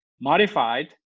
modified